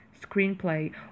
screenplay